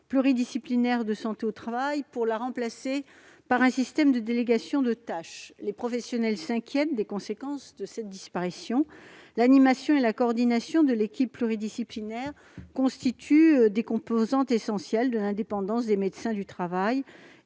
pluridisciplinaire de santé au travail pour la remplacer par un système de délégation de tâches. Les professionnels s'inquiètent des conséquences de cette disparition : l'animation et la coordination de l'équipe pluridisciplinaire sont des composantes essentielles de l'indépendance des médecins du travail